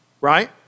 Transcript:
right